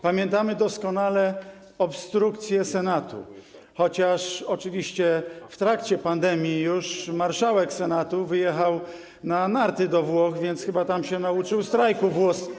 Pamiętamy doskonale obstrukcję Senatu, chociaż oczywiście już w trakcie pandemii marszałek Senatu wyjechał na narty do Włoch, więc chyba tam się nauczył strajku włoskiego.